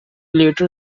later